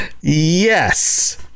Yes